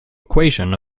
equation